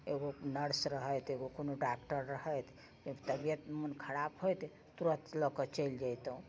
एगो नर्स रहैत एगो कोनो डॉक्टर रहैत जब तबियत मोन खराब होइत तुरत लअके चलि जैतहुँ